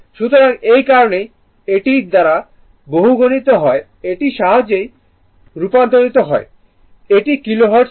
সুতরাং এই কারণেই এটি দ্বারা বহুগুণিত হয় এটি হার্টজে রূপান্তরিত হয় এটি কিলোহার্টজ ছিল